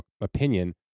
opinion